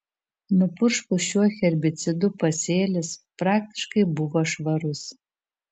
nupurškus šiuo herbicidu pasėlis praktiškai buvo švarus